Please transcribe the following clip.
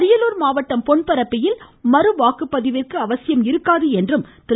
அரியலூர் மாவட்டம் பொன்பரப்பியில் மறுவாக்குப்பதிவிந்கு அவசியம் இருக்காது என்றும் திரு